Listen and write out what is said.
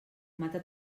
mata